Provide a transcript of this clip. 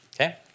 Okay